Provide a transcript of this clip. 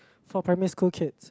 for primary school kid